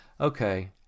okay